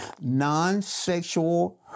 Non-sexual